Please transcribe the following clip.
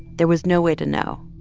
there was no way to know.